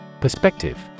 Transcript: Perspective